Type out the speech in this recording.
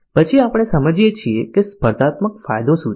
પછી આપણે સમજીએ છીએ કે સ્પર્ધાત્મક ફાયદો શું છે